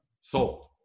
sold